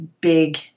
big